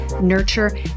nurture